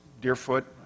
Deerfoot